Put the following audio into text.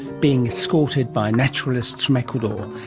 being escorted by naturalists from ecuador,